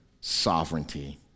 sovereignty